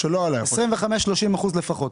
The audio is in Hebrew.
25%, 30% לפחות.